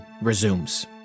resumes